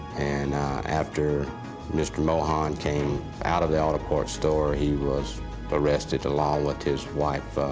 and after mr. mohon came out of the auto parts store, he was arrested along with his wife,